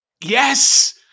Yes